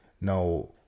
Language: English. Now